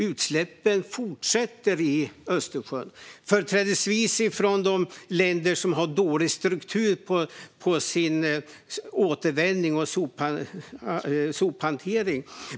Utsläppen fortsätter också i Östersjön, företrädesvis från de länder som har dålig struktur på sin återvinning och sophantering.